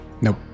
Nope